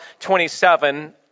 27